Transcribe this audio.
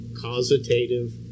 causative